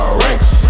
ranks